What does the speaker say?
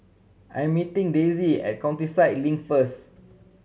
I'm meeting Daisy at Countryside Link first